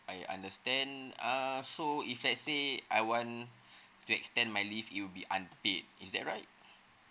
I understand uh so if let's say I want to extend my leave it'll be unpaid is that right